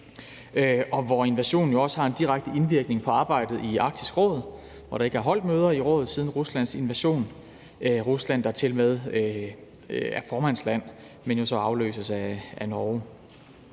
og invasionen har jo også en direkte indvirkning på arbejdet i Arktisk Råd, hvor der ikke er holdt møder i rådet siden Ruslands invasion – Rusland, der tilmed er formandsland, men så afløses af Norge.